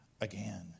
again